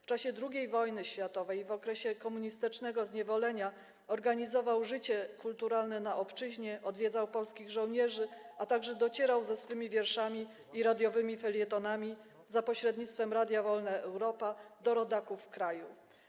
W czasie II wojny światowej i w okresie komunistycznego zniewolenia organizował życie kulturalne na obczyźnie, odwiedzał polskich żołnierzy, a także docierał ze swymi wierszami i radiowymi felietonami za pośrednictwem Radia Wolna Europa do rodaków w kraju.